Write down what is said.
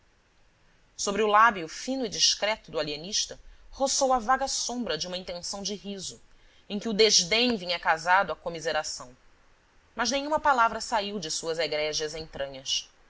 sobre o lábio fino e discreto do alienista rogou a vaga sombra de uma intenção de riso em que o desdém vinha casado à comiseração mas nenhuma palavra saiu de suas egrégias entranhas